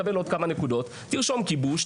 כדי לקבל עוד כמה נקודות צריך לכתוב "כיבוש",